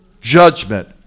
judgment